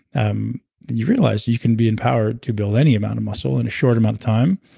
um you realize that you can be empowered to build any amount of muscle in a short amount of time.